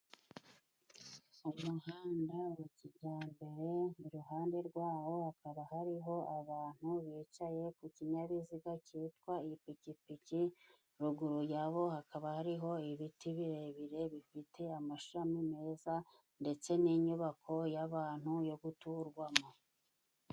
Umuhanda wa kijyambere, iruhande rwawo hakaba hariho abantu bicaye ku kinyabiziga cyitwa ipikipiki. Ruguru yabo hakaba hariho ibiti birebire, bifite amashami meza ndetse n'inyubako y'abantu yo guturwamo.